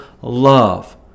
love